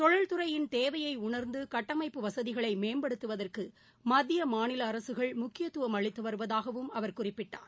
தொழில்துறையின் தேவையைஉணர்ந்துகட்டமைப்பு வசதிகளைமேம்படுத்துவதற்குமத்தியமாநிலஅரசுகள் முக்கியத்துவம் அளித்துவருவதாகவும் அவர் குறிப்பிட்டார்